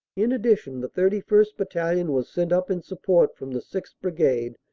in addition the thirty first. battalion was sent up in support from the sixth. brigade,